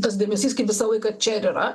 tas dėmesys kaip visą laiką čia ir yra